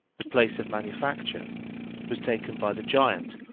the place of manufacture was taken by the giant,